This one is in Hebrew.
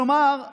כלומר,